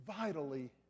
vitally